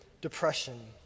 depression